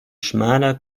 schmaler